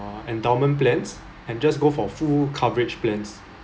uh endowment plans and just go for full coverage plans